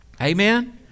Amen